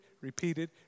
repeated